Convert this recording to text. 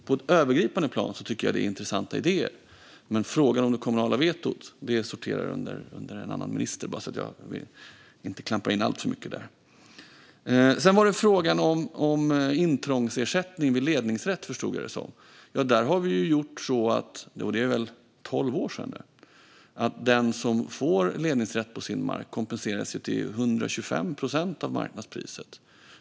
På ett övergripande plan tycker jag att det är intressanta idéer, men frågan om det kommunala vetot sorterar under en annan minister. Jag vill säga det så att jag inte klampar in alltför mycket på det området. Sedan var det frågan om intrångsersättning vid ledningsrätt, som jag förstod det. Där har vi gjort så - det är väl tolv år sedan nu - att den som får ledningsrätt på sin mark kompenseras till 125 procent av marknadspriset.